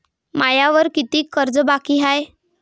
मायावर कितीक कर्ज बाकी हाय?